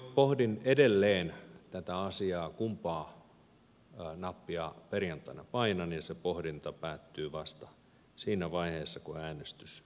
pohdin edelleen tätä asiaa kumpaa nappia perjantaina painan ja se pohdinta päättyy vasta siinä vaiheessa kun äänestys suoritetaan